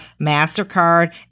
MasterCard